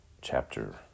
chapter